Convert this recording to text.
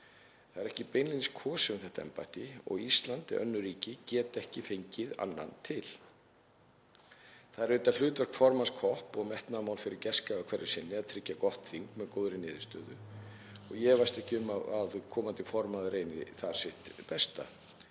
Það er ekki beinlínis kosið um þetta embætti og Ísland eða önnur ríki geta ekki fengið annan til. Það er auðvitað hlutverk formanns COP og metnaðarmál fyrir gestgjafa hverju sinni að tryggja gott þing með góðri niðurstöðu og ég efast ekki um að komandi formaður reyni þar sitt besta.